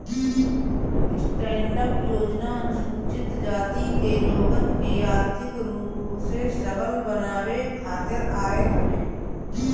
stand up योजना अनुसूचित जाति के लोगन के आर्थिक रूप से संबल बनावे खातिर आईल हवे